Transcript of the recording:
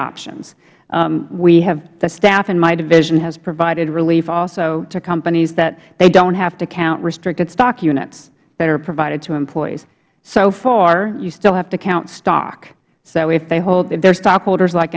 options we have the staff in my division has provided relief also to companies that they don't have to count restricted stock units that are provided to employees so far you still have to count stock they're stockholders like